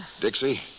Dixie